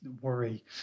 worry